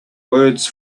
words